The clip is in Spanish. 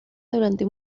durante